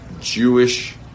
Jewish